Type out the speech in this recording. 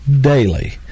daily